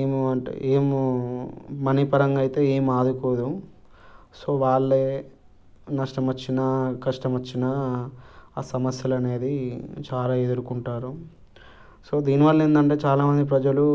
ఏమీ అంటే ఏమో మనీ పరంగా అయితే ఏమీ ఆదుకోదు సో వాళ్ళే నష్టం వచ్చిన కష్టం వచ్చినా ఆ సమస్యలు అనేవి చాలా ఎదుర్కొంటారు సో దీనివల్ల ఏందంటే చాలామంది ప్రజలు